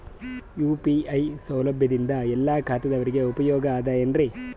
UPI ಸೌಲಭ್ಯದಿಂದ ಎಲ್ಲಾ ಖಾತಾದಾವರಿಗ ಉಪಯೋಗ ಅದ ಏನ್ರಿ?